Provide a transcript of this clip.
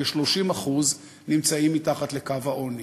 כ-30% נמצאים מתחת לקו העוני.